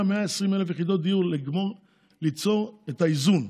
שצריכים 100,000 120,000 יחידות דיור כדי ליצור את האיזון,